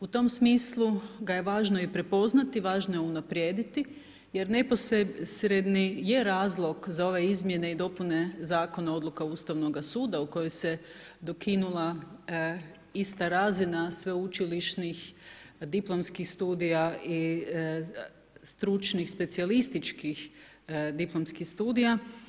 U tom smislu ga je važno i prepoznati, važno je unaprijediti jer neposredni je razlog za ove izmjene i dopune Zakona odluka Ustavnoga suda u kojoj se dokinula ista razina sveučilišnih diplomskih studija i stručnih specijalističkih diplomskih studija.